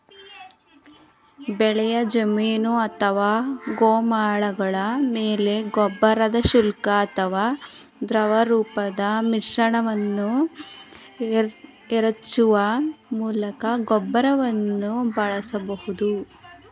ಬೆಳೆಯ ಜಮೀನು ಅಥವಾ ಗೋಮಾಳಗಳ ಮೇಲೆ ಗೊಬ್ಬರದ ಶುಷ್ಕ ಅಥವಾ ದ್ರವರೂಪದ ಮಿಶ್ರಣವನ್ನು ಎರಚುವ ಮೂಲಕ ಗೊಬ್ಬರವನ್ನು ಬಳಸಬಹುದು